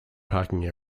parking